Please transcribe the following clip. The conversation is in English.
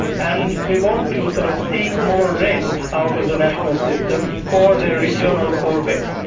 and they want to sort of seek more rent out of the national system for their regional core base.